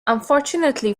unfortunately